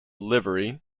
livery